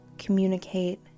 communicate